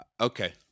Okay